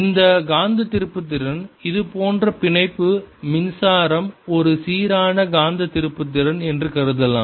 இந்த காந்த திருப்புத்திறன் இது போன்ற பிணைப்பு மின்சாரம் ஒரு சீரான காந்த திருப்புத்திறன் என்று கருதலாம்